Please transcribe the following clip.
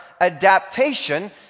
adaptation